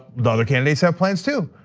the other candidates have plans, too.